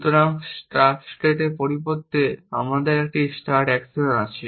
সুতরাং স্টার্ট স্টেটের পরিবর্তে আমাদের একটি স্টার্ট অ্যাকশন আছে